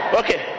okay